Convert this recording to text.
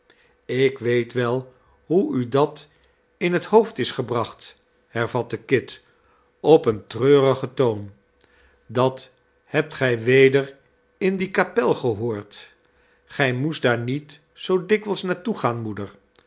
ik weet wel hoe u dat in het hoofd is gebracht hervatte kit op een treurigen toon dat hebt gij weder in die kapel gehoord gij moest daar niet zoo dikwijls naartoe gaan moeder